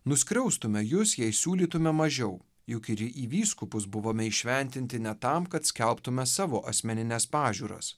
nuskriaustume jus jei siūlytume mažiau juk ir į vyskupus buvome įšventinti ne tam kad skelbtume savo asmenines pažiūras